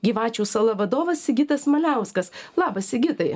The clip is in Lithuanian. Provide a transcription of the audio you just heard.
gyvačių sala vadovas sigitas maliauskas labas sigitai